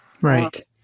Right